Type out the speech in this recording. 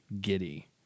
giddy